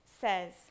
says